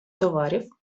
товарів